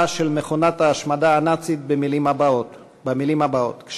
של מכונת ההשמדה הנאצית במילים הבאות שקרא: